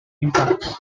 impacts